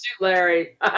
Larry